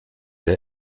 der